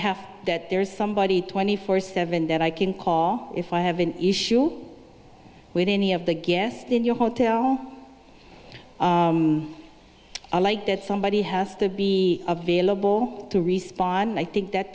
have that there's somebody twenty four seven that i can call if i have an issue with any of the guest in your hotel i like that somebody has to be available to respond i think that